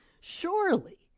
surely